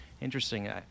interesting